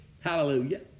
Hallelujah